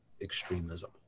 extremism